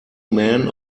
man